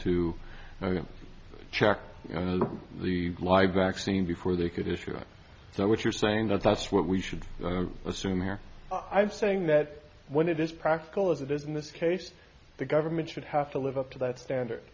to check the live vaccine before they could issue out so what you're saying that that's what we should assume here i'm saying that when it is practical as it is in this case the government should have to live up to that standard